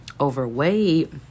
overweight